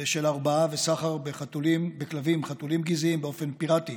של הרבעה וסחר בכלבים וחתולים גזעיים באופן פיראטי,